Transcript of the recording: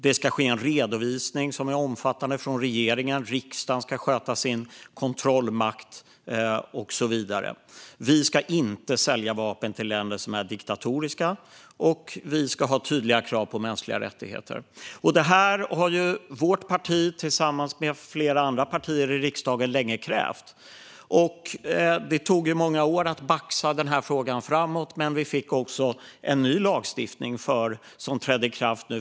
Det ska ske en omfattande redovisning från regeringen, och riksdagen ska sköta sin kontrollmakt. Sverige ska inte sälja vapen till länder som är diktatoriska, och det ska vara tydligt vad gäller mänskliga rättigheter. Detta har vårt parti tillsammans med flera andra partier i riksdagen länge krävt. Det tog många år att baxa denna fråga framåt, och för två år sedan trädde en ny lagstiftning i kraft.